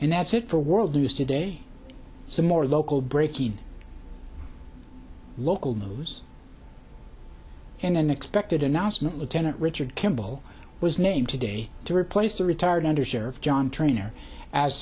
and that's it for world news today some more local breaking local news and an expected announcement lieutenant richard kimball was named today to replace the retired under served john turner as